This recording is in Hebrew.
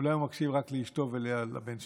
אולי הוא מקשיב רק לאשתו ולבן שלו.